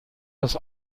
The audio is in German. das